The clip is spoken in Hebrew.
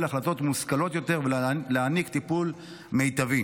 החלטות מושכלות יותר ולהעניק טיפול מיטבי.